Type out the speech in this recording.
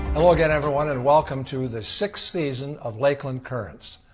hello again everyone and welcome to the sixth season of lakeland currents.